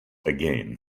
again